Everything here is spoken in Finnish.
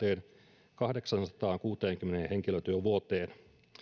tuhanteenkahdeksaansataankuuteenkymmeneen henkilötyövuoteen